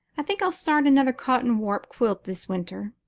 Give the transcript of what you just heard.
i think i'll start another cotton warp quilt this winter.